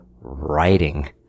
writing